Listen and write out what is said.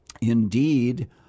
Indeed